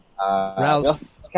Ralph